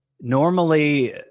normally